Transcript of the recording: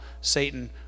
Satan